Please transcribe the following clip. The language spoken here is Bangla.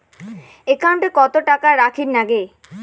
একাউন্টত কত টাকা রাখীর নাগে?